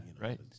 Right